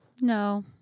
No